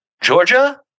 Georgia